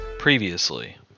Previously